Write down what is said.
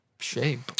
shape